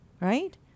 right